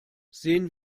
sehen